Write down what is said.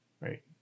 right